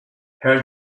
her